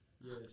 Yes